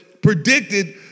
predicted